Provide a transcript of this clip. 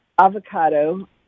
avocado